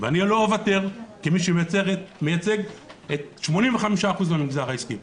ואני לא אוותר, כמי שמייצג 85% מהמגזר העסקי.